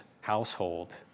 household